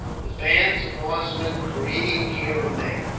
the bands of horsemen careering here and there,